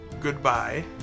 goodbye